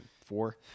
Four –